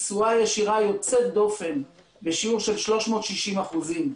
תשואה ישירה יוצאת דופן בשיעור של 360 אחוזים.